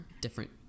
different